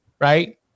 right